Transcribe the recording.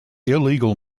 illegal